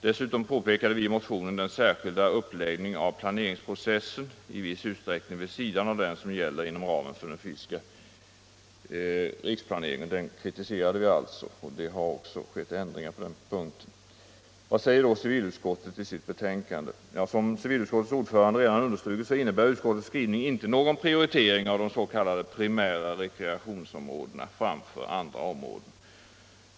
Dessutom kritiserade vi i motionen den särskilda uppläggningen av planeringsprocessen -— i viss utsträckning vid sidan av den som gäller inom ramen för den fysiska riksplaneringen. Det har också i utskottet gjorts ändringar på den punkten. Vad säger då civilutskotet f. ö. i sitt betänkande? Som civilutskottets ordförande redan understrukit innebär utskottets skrivning inte någon prioritering av de s.k. primära rekreationsområdena framför andra om råden.